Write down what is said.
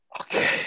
Okay